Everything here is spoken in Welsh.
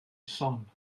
llon